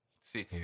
see